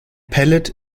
pellet